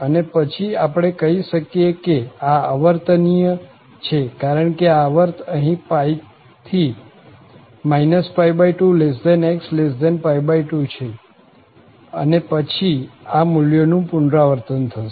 અને પછી આપણે કહી શકીએ કે આ આવર્તનિય છે કારણ કે આ આવર્ત અહીં π થી 2x2 છે અને પછી આ મૂલ્યોનું પુનરાવર્તન થશે